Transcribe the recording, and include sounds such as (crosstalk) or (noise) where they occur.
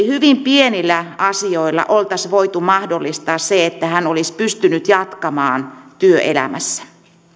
(unintelligible) hyvin pienillä asioilla olisi voitu mahdollistaa se että hän olisi pystynyt jatkamaan työelämässä